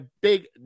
big